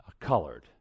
colored